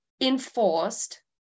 enforced